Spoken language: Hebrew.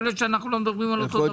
יכול להיות שאנחנו לא מדברים על אותו דבר.